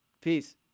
Peace